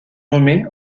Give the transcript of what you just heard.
nommées